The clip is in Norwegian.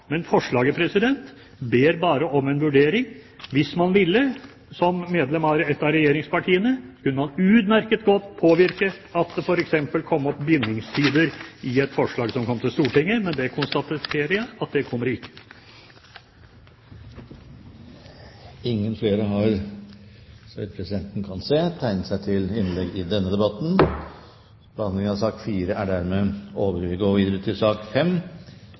men forslaget ber bare om en vurdering. Hvis man ville som medlem av et av regjeringspartiene, kunne man utmerket godt påvirket at det f.eks. kom opp bindingstider i et forslag som kom til Stortinget, men jeg konstaterer at det kommer ikke. Flere har ikke bedt om ordet til sak